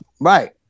Right